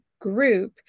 group